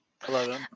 Hello